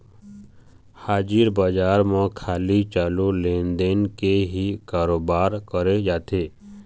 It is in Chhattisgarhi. हाजिर बजार म खाली चालू लेन देन के ही करोबार करे जाथे